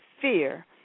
fear